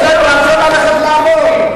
יש להם רצון ללכת לעבוד.